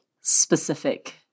specific